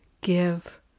give